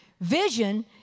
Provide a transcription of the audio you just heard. Vision